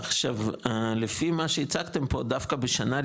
עכשיו, לפי מה שהצגתם פה, דווקא בשנה ראשונה,